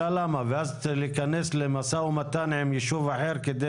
ואז צריך להיכנס למשא ומתן עם יישוב אחר כדי